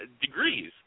degrees